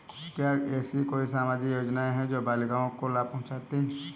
क्या ऐसी कोई सामाजिक योजनाएँ हैं जो बालिकाओं को लाभ पहुँचाती हैं?